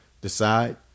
decide